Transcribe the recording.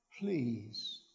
Please